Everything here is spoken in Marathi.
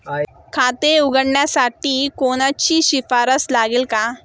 खाते उघडण्यासाठी कोणाची शिफारस लागेल का?